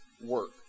work